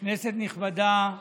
כנסת נכבדה,